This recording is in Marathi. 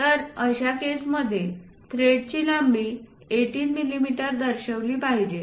तरअशा केसमध्ये थ्रेडची लांबी 18 मिमी दर्शविली पाहिजे